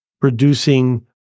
producing